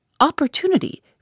Opportunity